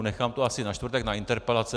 Nechám to asi na čtvrtek na interpelace.